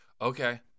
Okay